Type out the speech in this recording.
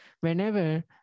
Whenever